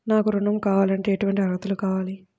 నాకు ఋణం కావాలంటే ఏటువంటి అర్హతలు కావాలి?